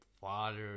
father